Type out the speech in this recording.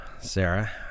Sarah